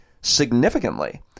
significantly